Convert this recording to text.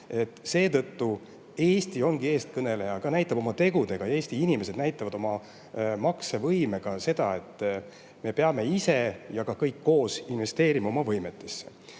Seetõttu Eesti ongi eestkõneleja: ta näitab oma tegudega ja Eesti inimesed näitavad oma maksevõimekusega seda, et me peame ise ja ka kõik koos investeerima oma võimetesse. Mida